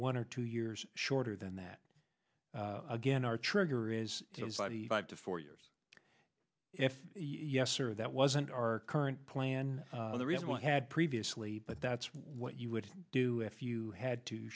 one or two years shorter than that again our trigger is the five to four years if yes or that wasn't our current plan the real one had previously but that's what you would do if you had to